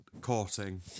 courting